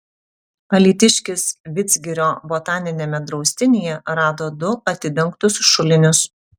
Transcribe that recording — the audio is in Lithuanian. alytiškis vidzgirio botaniniame draustinyje rado du atidengtus šulinius